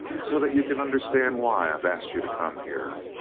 so that you can understand why i've asked you to come here.